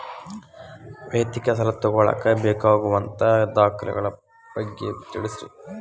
ವೈಯಕ್ತಿಕ ಸಾಲ ತಗೋಳಾಕ ಬೇಕಾಗುವಂಥ ದಾಖಲೆಗಳ ಬಗ್ಗೆ ತಿಳಸ್ರಿ